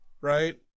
right